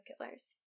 killers